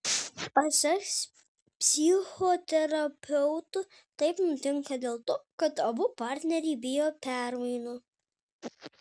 pasak psichoterapeutų taip nutinka dėl to kad abu partneriai bijo permainų